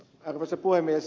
arvoisa puhemies